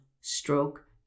stroke